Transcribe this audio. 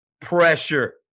pressure